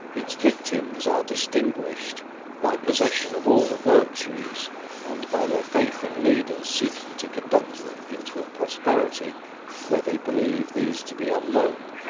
its victims are distinguished by possession of all the virtues and by their faith in leaders seeking to conduct them into a prosperity where they believe these to be unknown.